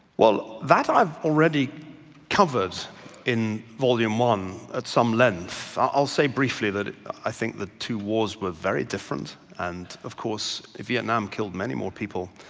well, that i've already covered in volume one at some length. i'll say briefly that i think the two wars were very different, and of course vietnam killed many more people